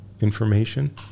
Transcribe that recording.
information